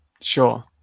Sure